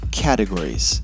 categories